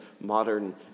modern